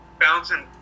bouncing